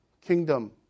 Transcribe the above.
kingdom